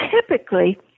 typically